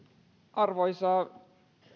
arvoisa